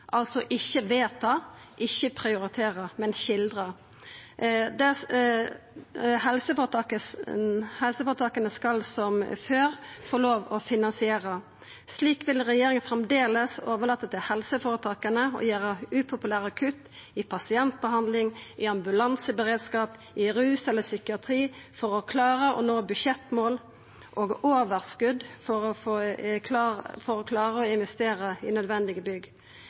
altså ikkje vedta, ikkje prioritera, men skildra. Helseføretaka skal – som før – få lov å finansiera. Slik vil regjeringa framleis overlata til helseføretaka å gjera upopulære kutt i pasientbehandling, i ambulanseberedskap, i rus og psykiatri for å klara å nå budsjettmål og få overskot til å klara å investera i nødvendige bygg.